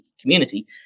community